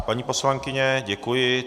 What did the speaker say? Paní poslankyně, děkuji.